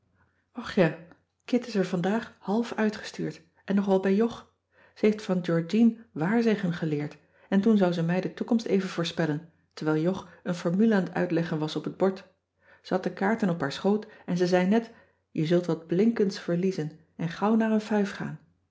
och ja kit is er vandaag half uitgestuurd en nog wel bij jog ze heeft van georgien waarzeggen geleerd en toen zou ze mij de toekomst even voorspellen terwijl jog een formule aan t uitleggen was op het bord ze had de kaarten op haar schoot en ze zei net je zult wat blinkends verliezen en gauw naar een fuif gaan